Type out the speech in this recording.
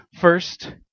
first